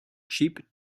cheap